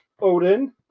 Odin